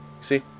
See